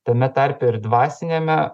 tame tarpe ir dvasiniame